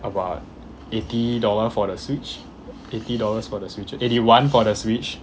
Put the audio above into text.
about eighty dollar for the switch eighty dollars for the switch eighty one for the switch